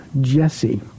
Jesse